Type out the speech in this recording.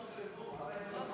תרגום.